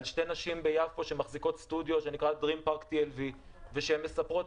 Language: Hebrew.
ועל שתי נשים מיפו שמחזיקות סטודיו שנקרא Dream Park TLV והן מספרות